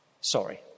Sorry